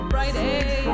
Friday